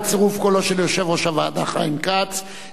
בצירוף קולו של יושב-ראש הוועדה חיים כץ,